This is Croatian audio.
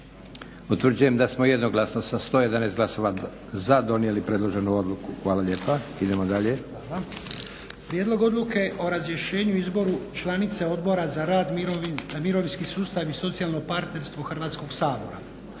Utvrđujem da smo jednoglasno sa 11 glasova za donijeli predloženu odluku. Hvala lijepa. Idemo dalje. **Lučin, Šime (SDP)** Prijedlog odluke o razrješenju i izboru članice Odbora za rad, mirovinski sustav i socijalno partnerstvo Hrvatskog sabora.